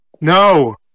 no